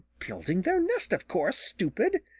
building their nest, of course, stupid,